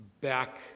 Back